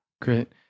great